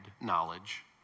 knowledge